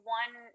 one